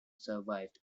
survived